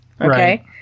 Okay